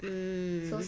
mm